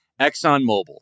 ExxonMobil